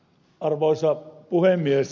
arvoisa puhemies